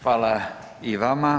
Hvala i vama.